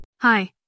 Hi